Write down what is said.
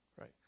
Right